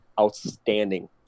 outstanding